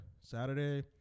Saturday